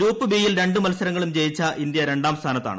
group ബിയിൽ രണ്ട് മത്സരങ്ങളും ജയിച്ച ഇന്ത്യ രണ്ടാം സ്ഥാനത്താണ്